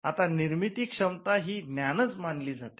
आता निर्मितीक्षमता हि ज्ञानाच मनाली जाते